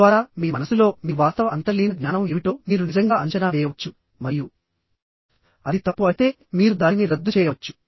తద్వారా మీ మనస్సులో మీ వాస్తవ అంతర్లీన జ్ఞానం ఏమిటో మీరు నిజంగా అంచనా వేయవచ్చు మరియు అది తప్పు అయితే మీరు దానిని రద్దు చేయవచ్చు